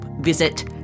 visit